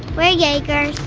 we're yeagers.